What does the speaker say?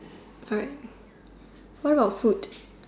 correct why got food